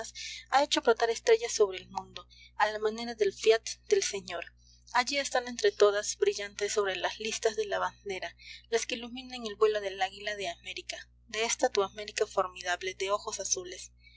ha hecho brotar estrellas sobre el mundo a la manera del fiat del señor allí están entre todas brillantes sobre las listas de la bandera las que iluminan el vuelo del águila de américa de esta tu américa formidable de ojos azules